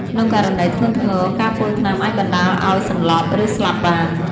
ក្នុងករណីធ្ងន់ធ្ងរ ការពុលថ្នាំអាចបណ្ដាលឱ្យសន្លប់ ឬស្លាប់បាន។